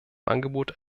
angebot